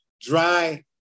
dry